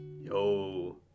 Yo